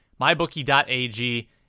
MyBookie.ag